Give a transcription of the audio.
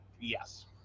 Yes